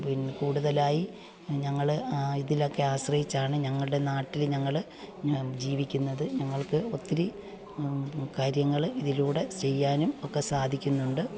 പിന്നെ കൂടുതലായി ഞങ്ങൾ ഇതിനൊക്കെ ആശ്രയിച്ചാണ് ഞങ്ങളുടെ നാട്ടിലെ ഞങ്ങൾ ജീവിക്കുന്നത് ഞങ്ങൾക്ക് ഒത്തിരി കാര്യങ്ങൾ ഇതിലൂടെ ചെയ്യാനും ഒക്കെ സാധിക്കുന്നുണ്ട്